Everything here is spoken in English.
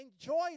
enjoy